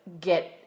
get